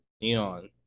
neon